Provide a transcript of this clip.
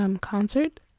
concert